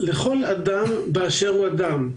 לכל אדם באשר הוא אדם.